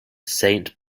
saint